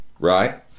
right